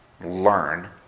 learn